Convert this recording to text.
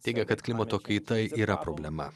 teigia kad klimato kaita yra problema